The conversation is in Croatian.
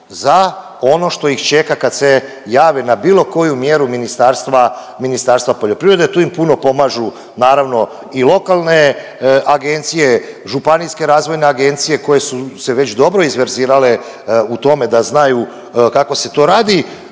za ono što ih čeka kad se jave na bilo koju mjeru ministarstva, Ministarstva poljoprivrede. Tu im puno pomažu naravno i lokalne agencije, županijske razvojne agencije koje su se već dobro izverzirale u tome da znaju kako se to radi